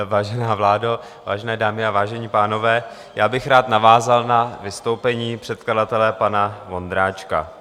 Vážená vládo, vážené dámy a vážení pánové, já bych rád navázal na vystoupení předkladatele pana Vondráčka.